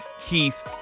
Keith